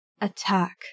Attack